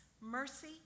mercy